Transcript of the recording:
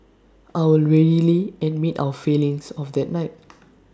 I would readily admit our failings of that night